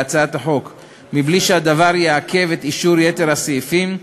להצעת החוק מבלי שהדבר יעכב את אישור יתר הסעיפים,